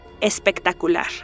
espectacular